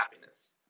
happiness